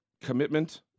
commitment